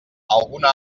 alguna